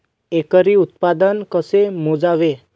एकरी उत्पादन कसे मोजावे?